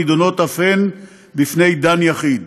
שנדונות אף הן בפני דן יחיד.